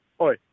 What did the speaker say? Oi